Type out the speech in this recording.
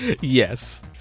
Yes